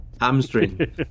Hamstring